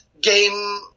game